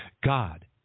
God